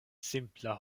simpla